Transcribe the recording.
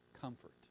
comfort